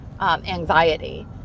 anxiety